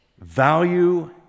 value